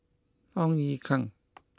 Ong Ye Kung